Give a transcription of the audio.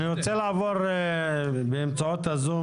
אני רוצה לעבור באמצעות הזום